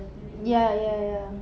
ya ya ya